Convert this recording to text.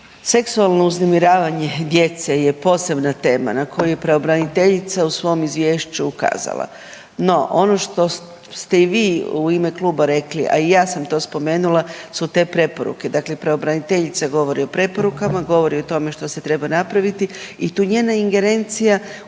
seksualno uznemiravanje djece je posebna tema na koju je pravobranitelja u svom izvješću ukazala, no ono što ste i vi u ime kluba rekli, a i ja sam to spomenula su te preporuke, dakle pravobraniteljica govori o preporukama, govori o tome što se treba napraviti i tu njena ingerencija